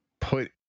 put